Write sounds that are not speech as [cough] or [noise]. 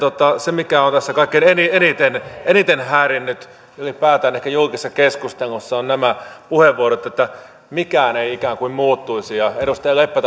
se mikä on tässä kaikkein eniten eniten häirinnyt ylipäätään ehkä julkisessa keskustelussa on nämä puheenvuorot että mikään ei ikään kuin muuttuisi ja edustaja leppä [unintelligible]